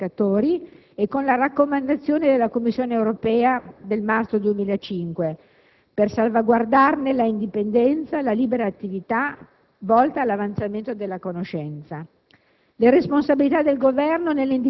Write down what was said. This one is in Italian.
ma anche con la Carta europea dei ricercatori e con la raccomandazione della Commissione europea del marzo 2005, per salvaguardarne l'indipendenza e la libera attività volta all'avanzamento della conoscenza.